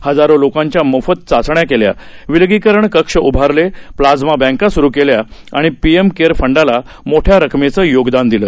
हजारोलोकांच्यामोफतचाचण्याकेल्या विलगीकरणकक्षउभारले प्लाइमाबँकास्रुकेल्याआणिपीएमकेअरफंडालामोठ्यारकमेचंयोगदानदिलं